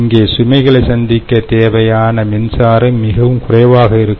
இங்கே சுமைகளைச் சந்திக்கத் தேவையான மின்சாரம் மிகவும் குறைவாக இருக்கும்